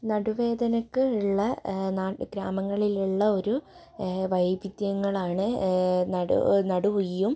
നടുവേദനക്ക് ഉള്ള നാട്ട് ഗ്രാമങ്ങളിലിള്ള ഒരു വൈവിദ്യങ്ങളാണ് നടു നടുവുയ്യും